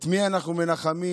את מי אנחנו מנחמים?